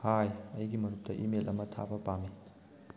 ꯍꯥꯏ ꯑꯩꯒꯤ ꯃꯔꯨꯞꯇ ꯏꯃꯦꯜ ꯑꯃ ꯊꯥꯕ ꯄꯥꯝꯃꯤ